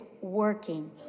working